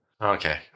Okay